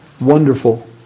Wonderful